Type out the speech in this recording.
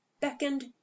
beckoned